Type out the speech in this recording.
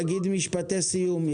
תגיד משפטי סיום,